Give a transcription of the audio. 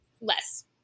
less